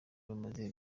baramaze